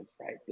right